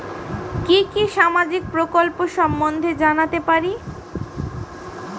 কি কি সামাজিক প্রকল্প সম্বন্ধে জানাতে পারি?